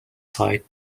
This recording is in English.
site